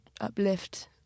uplift